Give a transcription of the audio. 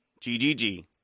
ggg